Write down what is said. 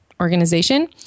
organization